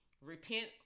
Repent